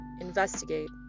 investigate